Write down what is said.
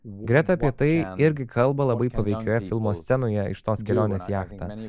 greta apie tai irgi kalba labai paveikioje filmo scenoje iš tos kelionės jachta